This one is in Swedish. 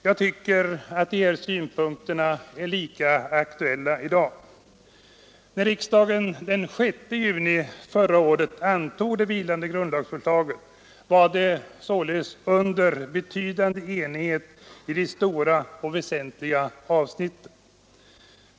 Jag tycker att de här synpunkterna är lika aktuella i dag. förslaget var det under betydande enighet i de stora och väsentliga avsnitten.